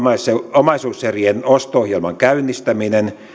omaisuuserien osto ohjelman käynnistäminen